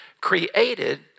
created